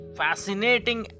fascinating